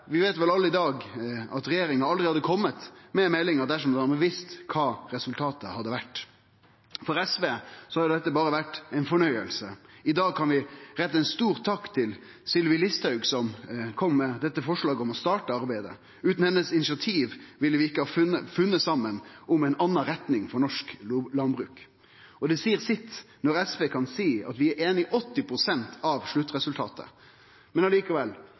Vi veit vel alle i dag at regjeringa aldri hadde kome med meldinga dersom dei hadde visst kva resultatet hadde blitt. For SV har dette vore berre ein fornøyelse. I dag kan vi rette ei stor takk til Sylvi Listhaug som kom med forslaget om å starte dette arbeidet. Utan hennar initiativ ville vi ikkje ha funne saman om ei anna retning for norsk landbruk – og det seier sitt når SV kan seie at vi er einige i 80 pst. av sluttresultatet. Likevel